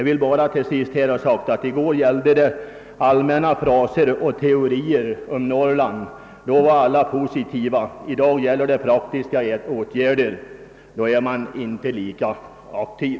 Vi fick i går höra många allmänna fraser och teorier om Norrland, och då var alla positiva. I dag gäller det praktiska åtgärder och då är man inte lika aktiv.